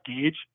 gauge